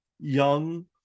young